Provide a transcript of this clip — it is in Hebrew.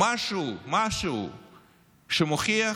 משהו, שמוכיח